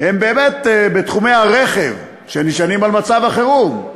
הם באמת בתחומי הרכב, שנשענים על מצב החירום.